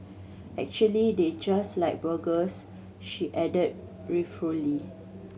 actually they just like burgers she add ruefully